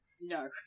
no